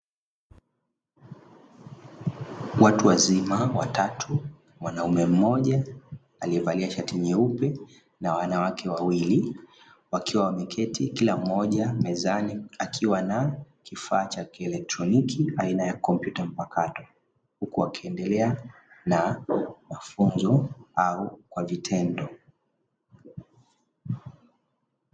Watu wazima watatu wanaume mmoja aliyevalia shati nyeupe na wanawake wawili wakiwa wameketi kila mmoja mezani akiwa na kifaa cha kielektroniki aina ya kompyuta mpakato huku akiendelea na mafunzo au kwa vitendo.